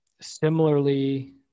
similarly